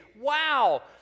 wow